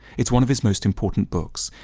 it is one of his most important books.